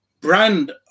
brand